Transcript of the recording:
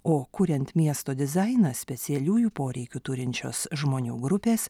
o kuriant miesto dizainą specialiųjų poreikių turinčios žmonių grupės